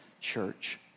church